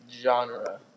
genre